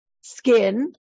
skin